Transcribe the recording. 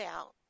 out